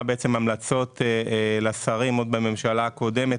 בעצם המלצות לשרים עוד בממשלה הקודמת,